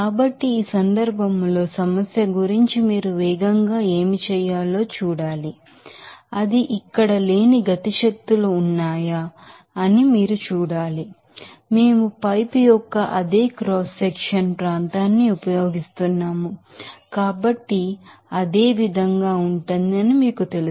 కాబట్టి ఈ సందర్భంలో సమస్య గురించి మీరు వేగంగా ఏమి చేయాలో మీరు చూడాలి అది ఇక్కడ లేని కైనెటిక్ ఎనెర్జి ఉన్నాయా అని మీరు చూడాలి మేము పైపు యొక్క అదే క్రాస్ సెక్షనల్ ప్రాంతాన్ని ఉపయోగిస్తున్నాము కాబట్టి అది అదే విధంగా ఉంటుందని మీకు తెలుసు